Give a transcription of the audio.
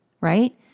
right